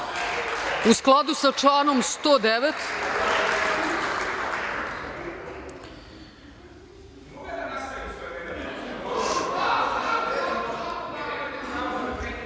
u skladu sa članom 109.